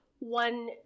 one